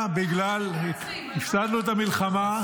הפסדנו במלחמה,